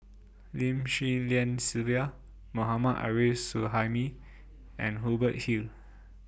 Lim Swee Lian Sylvia Mohammad Arif Suhaimi and Hubert Hill